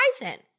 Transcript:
horizon